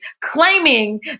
claiming